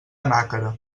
nàquera